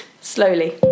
slowly